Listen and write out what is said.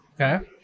Okay